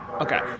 Okay